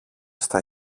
στα